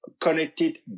connected